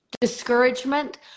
discouragement